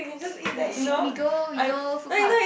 we we we we go we go food court